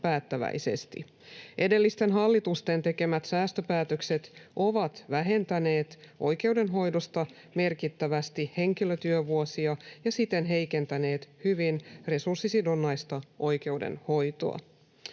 Edellisten hallitusten tekemät säästöpäätökset ovat vähentäneet oikeudenhoidosta merkittävästi henkilötyövuosia ja siten heikentäneet hyvin resurssisidonnaista oikeudenhoitoa.